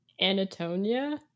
Anatonia